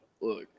look